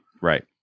Right